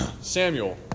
Samuel